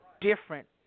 different